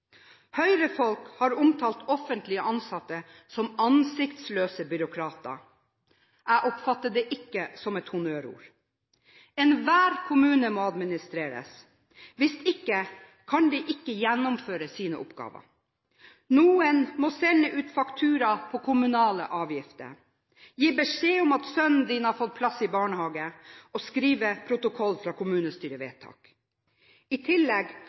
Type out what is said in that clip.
har omtalt offentlige ansatte som «ansiktsløse byråkrater». Jeg oppfatter det ikke som et honnørord. Enhver kommune må administreres. Hvis ikke kan de ikke gjennomføre sine oppgaver. Noen må sende ut faktura på kommunale avgifter, gi beskjed om at sønnen din har fått plass i barnehagen og skrive protokoller fra kommunestyrevedtak. I tillegg